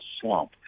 slump